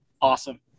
Awesome